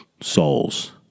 souls